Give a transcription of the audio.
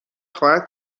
خواهد